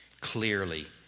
clearly